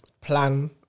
plan